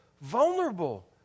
vulnerable